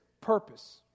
purpose